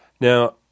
Now